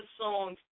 songs